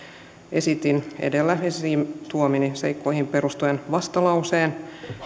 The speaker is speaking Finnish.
esitin edellä esiin tuomiini seikkoihin perustuen vastalauseen